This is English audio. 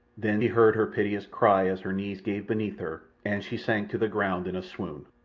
then he heard her piteous cry as her knees gave beneath her, and she sank to the ground in a swoon.